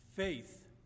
faith